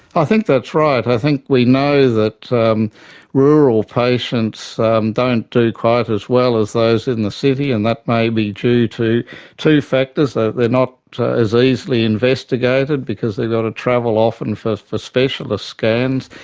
i think that's right, i think we know that um rural patients don't do quite as well as those in the city, and that may be due to two factors ah they are not as easily investigated because they've got to travel often for for specialist scans,